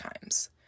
times